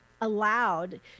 allowed